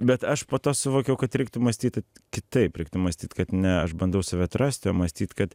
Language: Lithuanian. bet aš po to suvokiau kad reiktų mąstyti kitaip reiktų mąstyt kad ne aš bandau save atrasti o mąstyt kad